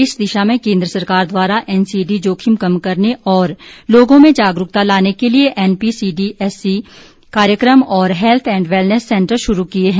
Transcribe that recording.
इस दिशा में केंद्र सरकार द्वारा एनसीडी जोखिम कम करने और लोगों में जागरूकता लाने के लिए एनपीसीडीएससी कार्यक्रम और हैत्थ एंड वैलनैस सैंटर शुरू किए हैं